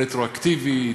רטרואקטיבית,